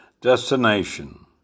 destination